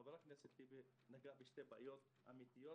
חבר הכנסת טיבי נגע בשתי בעיות אמיתיות,